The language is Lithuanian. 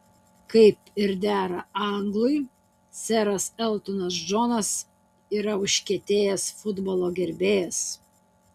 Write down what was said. kaip ir dera anglui seras eltonas džonas yra užkietėjęs futbolo gerbėjas